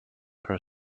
are